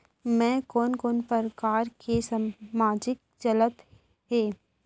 मैं कोन कोन प्रकार के सामाजिक चलत हे?